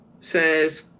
says